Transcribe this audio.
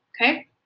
okay